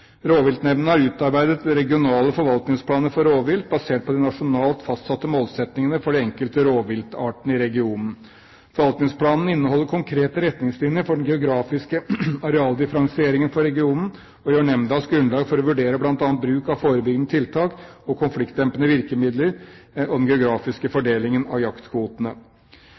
har utarbeidet regionale forvaltningsplaner for rovvilt basert på de nasjonalt fastsatte målsettingene for de enkelte rovviltartene i regionen. Forvaltningsplanen inneholder konkrete retningslinjer for den geografiske arealdifferensieringen for regionen, og utgjør nemndas grunnlag for å vurdere bl.a. bruk av forebyggende tiltak og konfliktdempende virkemidler og den geografiske fordelingen av jaktkvotene.